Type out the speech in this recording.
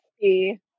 see